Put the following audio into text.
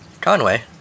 Conway